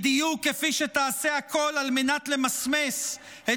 בדיוק כפי שתעשה הכול על מנת למסמס את